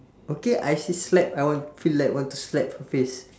okay I say slap I wa~ feel like want to slap her face